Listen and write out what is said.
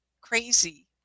crazy